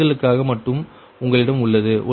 புரிதலுக்காக மட்டும் உங்களிடம் உள்ளது